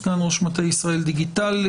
סגן ראש מטה ישראל דיגיטלית,